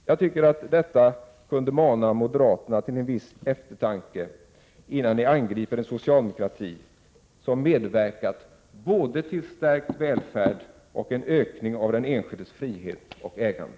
Jag tycker att detta kunde mana moderaterna till en viss eftertanke, innan de angriper en socialdemokrati som medverkat både till stärkt välfärd och till en ökning av den enskildes frihet och ägande.